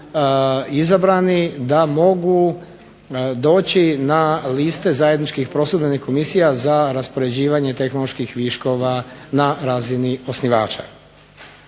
izabrani da mogu doći na liste zajedničkih prosudbenih komisija za raspoređivanje tehnoloških viškova na razini osnivača.